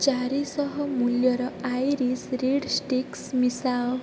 ଚାରିଶହ ମୂଲ୍ୟର Irish reed sticks ମିଶାଅ